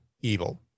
evil